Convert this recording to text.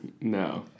No